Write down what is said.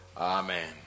Amen